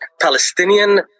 Palestinian